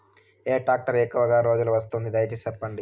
ఏ tractor ఎక్కువగా రోజులు వస్తుంది, దయసేసి చెప్పండి?